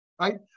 right